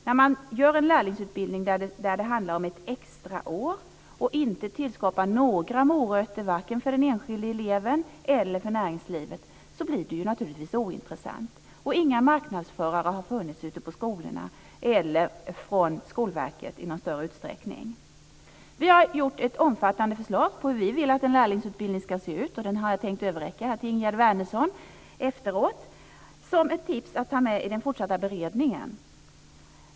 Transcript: När man gör en lärlingsutbildning där det handlar om ett extra år och inte tillskapar några morötter varken för den enskilde eleven eller för näringslivet blir det naturligtvis ointressant. Inga marknadsförare har funnits ute på skolorna och inte heller representanter från Skolverket i någon större utsträckning. Vi har gjort ett omfattande förslag på hur vi vill att en lärlingsutbildning ska se ut, och jag tänker överräcka det till Ingegerd Wärnersson efteråt som ett tips att ta med i den fortsatta beredningen.